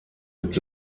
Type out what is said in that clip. gibt